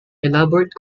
elaborate